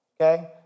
okay